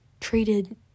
treated